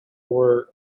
were